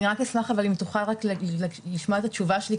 אני רק אשמח אם תוכל לשמוע את התשובה שלי.